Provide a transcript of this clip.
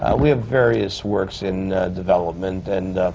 we have various works in development. and